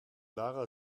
lara